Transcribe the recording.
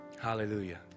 Hallelujah